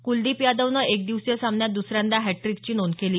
कुलदीप यादवनं एकदिवसीय सामन्यात दुसऱ्यांदा हॅट्रीकची नोंद केली